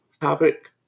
topic